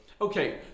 okay